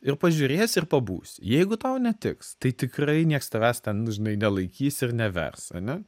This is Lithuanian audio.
ir pažiūrėsi ir pabūsi jeigu tau netiks tai tikrai nieks tavęs ten žinai nelaikys ir nevers ane